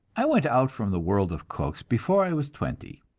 i went out from the world of cooks before i was twenty.